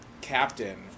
captain